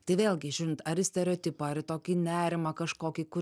tai vėlgi žiūrint ar į stereotipą į tokį nerimą kažkokį kur